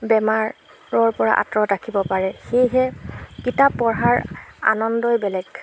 বেমাৰৰ পৰা আঁতৰত ৰাখিব পাৰে সেয়েহে কিতাপ পঢ়াৰ আনন্দই বেলেগ